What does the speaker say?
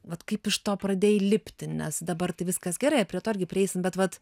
vat kaip iš to pradėjai lipti nes dabar tai viskas gerai prie to irgi prieisim bet vat